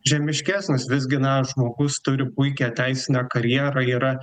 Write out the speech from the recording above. žemiškesnis visgi na žmogus turi puikią teisinę karjerą yra